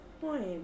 point